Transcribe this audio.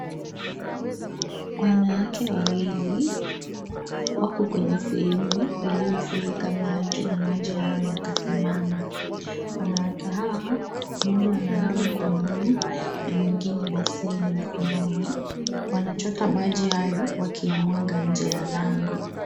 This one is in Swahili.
Wanawake wawili wako kwenye sehemu iliyofurika maji na maji hayo yakasimama. Wanawake hao, mmoja ana ndoo mkononi na mwingine beseni mkononi wanachota maji hayo wakiyamwaga nje ya lango.